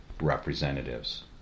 representatives